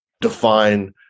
define